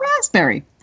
raspberry